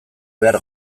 behar